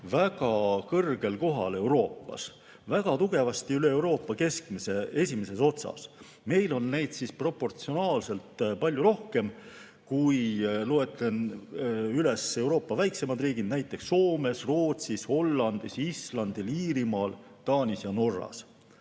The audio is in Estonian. väga kõrgel kohal, väga tugevasti üle Euroopa keskmise, esimeses otsas. Meil on välistudengeid proportsionaalselt palju rohkem kui – loetlen üles Euroopa väiksemad riigid – näiteks Soomes, Rootsis, Hollandis, Islandil, Iirimaal, Taanis ja Norras.